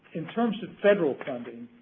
in terms of federal funding,